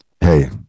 hey